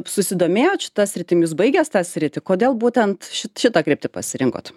susidomėjot šita sritim jūs baigęs tą sritį kodėl būtent ši šitą kryptį pasirinkot